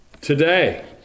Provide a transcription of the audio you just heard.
today